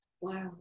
Wow